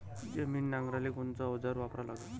जमीन नांगराले कोनचं अवजार वापरा लागन?